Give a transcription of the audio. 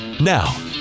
Now